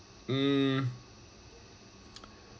hmm